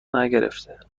نگرفته